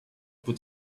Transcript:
would